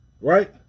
right